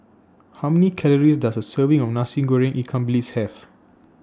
How Many Calories Does A Serving of Nasi Goreng Ikan Bilis Have